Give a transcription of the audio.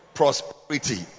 prosperity